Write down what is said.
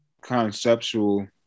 conceptual